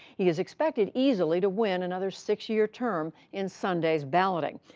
he is expected easily to win another six-year term in sunday's balloting,